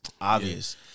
obvious